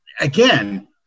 again